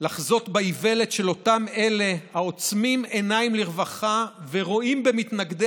לחזות באיוולת של אותם אלה העוצמים עיניים לרווחה ורואים במתנגדי